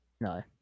No